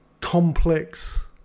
complex